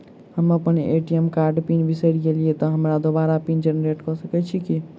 हम अप्पन ए.टी.एम कार्डक पिन बिसैर गेलियै तऽ हमरा दोबारा पिन जेनरेट कऽ सकैत छी की?